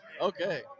Okay